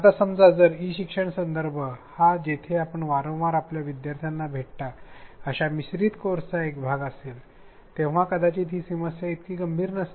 आता समजा जर ई शिक्षणचा संदर्भ हा जिथे आपण वारंवार आपल्या विद्यार्थ्यांना भेटता अश्या मिश्रीत कोर्सचा एक भाग असेल तेव्हा कदाचित ही समस्या इतकी गंभीर नसते